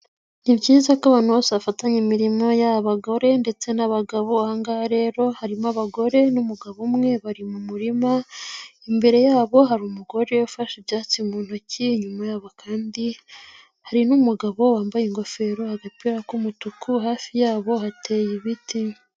Ni byiza ko abantu bose bafatanya imirimo yaba abagore ndetse n'abagabo, aha ngaha rero harimo abagore n'umugabo umwe bari mu murima, imbere yabo hari umugore ufashe ibyatsi mu ntoki inyuma yabo kandi hari n'umugabo wambaye ingofero agapira k'umutuku hafi yabo hateye ibiti.